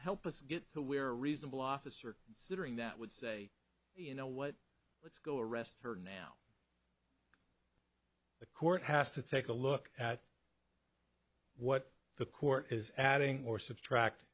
help us get to where reasonable officer sitting that would say you know what let's go arrest her now the court has to take a look at what the court is adding or subtract